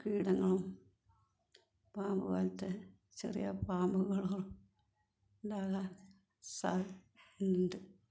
കീടങ്ങളും പാമ്പ് പോലെത്തെ ചെറിയ പാമ്പുകളും എല്ലാം ഉള്ള ഉണ്ട്